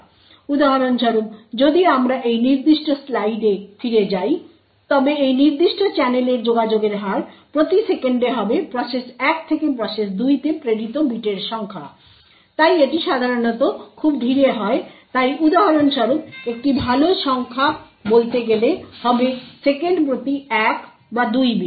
উদাহরণস্বরূপ যদি আমরা এই নির্দিষ্ট স্লাইডে ফিরে যাই তবে এই নির্দিষ্ট চ্যানেলের যোগাযোগের হার প্রতি সেকেন্ডে হবে প্রসেস এক থেকে প্রসেস দুইতে প্রেরিত বিটের সংখ্যা তাই এটি সাধারণত খুব ধীরে হয় তাই উদাহরণস্বরূপ একটি ভাল সংখ্যা বলতে গেলে হবে সেকেন্ড প্রতি এক বা দুই বিট